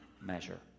measure